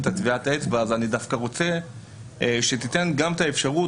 את טביעת האצבע אז אני דווקא רוצה שתיתן גם את האפשרות,